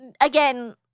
again